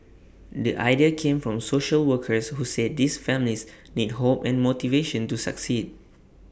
the idea came from social workers who said these families need hope and motivation to succeed